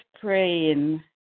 praying